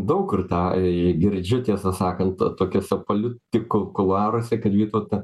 daug kur tą girdžiu tiesą sakant tokiuose politikų kuluaruose kad vytautą